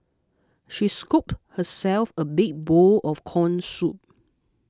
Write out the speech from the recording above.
she scooped herself a big bowl of Corn Soup